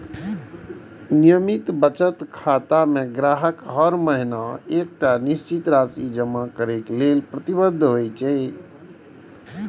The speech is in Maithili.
नियमित बचत खाता मे ग्राहक हर महीना एकटा निश्चित राशि जमा करै लेल प्रतिबद्ध होइ छै